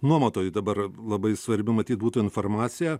nuomotojui dabar labai svarbi matyt būtų informacija